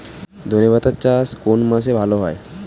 ধনেপাতার চাষ কোন মাসে ভালো হয়?